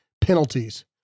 penalties